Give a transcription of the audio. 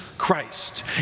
Christ